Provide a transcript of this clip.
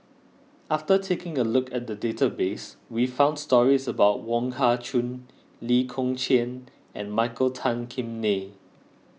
after taking a look at the database we found stories about Wong Kah Chun Lee Kong Chian and Michael Tan Kim Nei